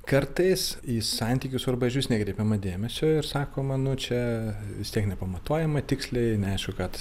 kartais į santykius arba išvis nekreipiama dėmesio ir sakoma nu čia vis tiek nepamatuojama tiksliai neaišku ką tas